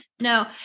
No